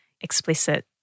explicit